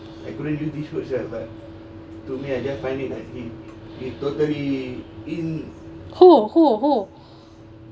who who who